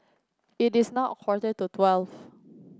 it is now quarter to twelve